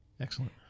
excellent